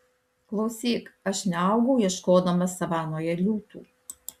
klausyk aš neaugau ieškodamas savanoje liūtų